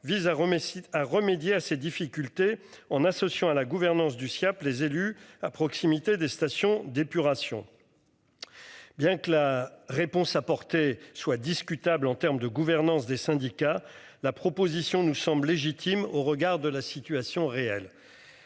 Rome à remédier à ces difficultés en associant à la gouvernance du Siaap les élus à proximité des stations d'épuration. Bien que la réponse apportée soit discutable en termes de gouvernance des syndicats. La proposition nous semble légitime au regard de la situation réelle.